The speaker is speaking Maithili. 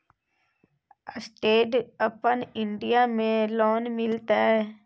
स्टैंड अपन इन्डिया में लोन मिलते?